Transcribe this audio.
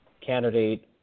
candidate